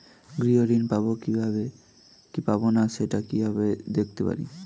গৃহ ঋণ পাবো কি পাবো না সেটা কিভাবে দেখতে পারি?